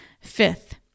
Fifth